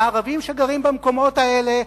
הערבים שגרים במקומות האלה,